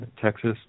Texas